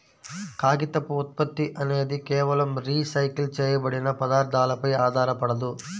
కాగితపు ఉత్పత్తి అనేది కేవలం రీసైకిల్ చేయబడిన పదార్థాలపై ఆధారపడదు